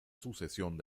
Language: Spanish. sucesión